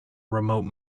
remote